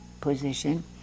position